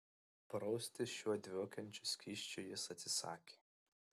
praustis šiuo dvokiančiu skysčiu jis atsisakė